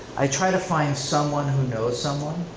i try to find someone who knows someone.